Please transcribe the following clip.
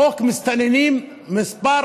חוק מסתננים מס'